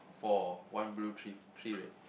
for one blue three three red